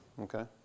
Okay